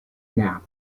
nap